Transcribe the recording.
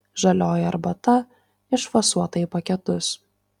žalioji arbata išfasuota į paketus